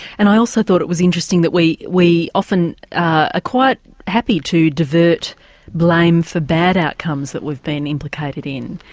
and i also thought it was interesting that we we often are ah quite happy to divert blame for bad outcomes that we've been implicated in,